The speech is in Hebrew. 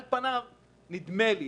נדמה לי